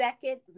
second